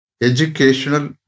Educational